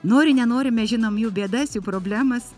nori nenori mes žinom jų bėdas problemas